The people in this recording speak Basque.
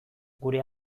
gure